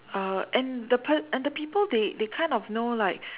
uh and the per~ and the people they they kind of know like